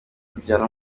kujyana